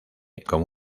como